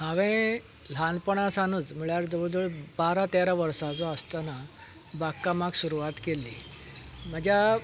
हांवें ल्हानपणा सावनच म्हणल्यार जवळ जवळ बारा तेरा वर्सांचो आसतना बाग कामाक सुरवात केल्ली म्हज्या